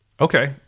Okay